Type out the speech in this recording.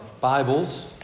Bibles